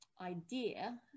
idea